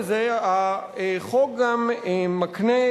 החוק גם מקנה,